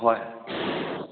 ꯍꯣꯏ